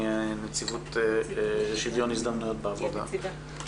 נציבת שוויון הזדמנויות בעבודה.